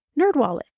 Nerdwallet